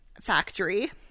Factory